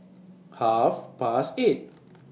Half Past eight